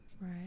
Right